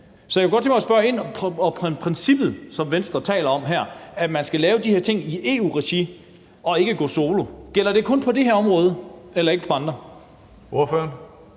Så jeg kunne godt tænke mig at spørge ind til princippet, som Venstre taler om her, altså at man skal lave de her ting i EU-regi og ikke gå solo. Gælder det kun på det her område og ikke på andre? Kl.